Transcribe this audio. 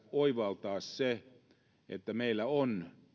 oivaltaa se että meillä on